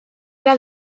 era